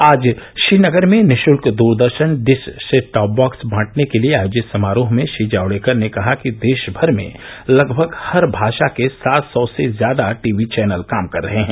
आज श्रीनगर में निशुल्क दूरदर्शन डिश सेटटॉप बॉक्स बांटने के लिए आयोजित समारोह में श्री जावड़ेकर ने कहा कि देशभर में लगभग हर भाषा के सात सौ से ज्यादा टीवी चौनल काम कर रहे हैं